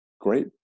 great